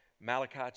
Malachi